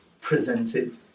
presented